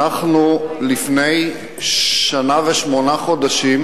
אנחנו, לפני שנה ושמונה חודשים